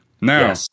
Now